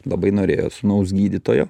labai norėjo sūnaus gydytojo